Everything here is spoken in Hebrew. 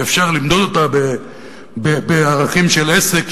ואפשר למדוד אותה בערכים של עסק,